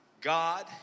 God